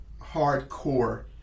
hardcore